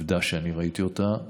עובדה שאני ראיתי אותה.